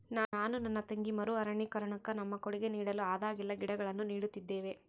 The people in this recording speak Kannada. ನಾನು ನನ್ನ ತಂಗಿ ಮರು ಅರಣ್ಯೀಕರಣುಕ್ಕ ನಮ್ಮ ಕೊಡುಗೆ ನೀಡಲು ಆದಾಗೆಲ್ಲ ಗಿಡಗಳನ್ನು ನೀಡುತ್ತಿದ್ದೇವೆ